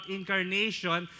incarnation